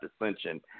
dissension